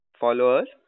followers